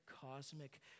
cosmic